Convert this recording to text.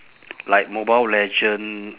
like mobile legend